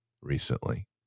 recently